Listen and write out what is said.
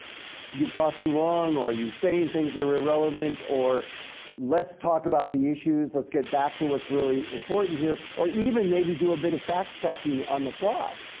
you've talked too long or are you saying things that are irrelevant or let's talk about the issues, let's get back to what's really important here. or even maybe do a bit of fact checking on the fly.